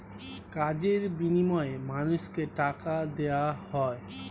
কাজের বিনিময়ে মানুষকে টাকা দেওয়া হয়